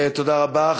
תודה רבה.